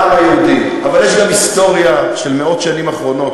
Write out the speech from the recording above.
אבל יש גם היסטוריה של מאות השנים האחרונות,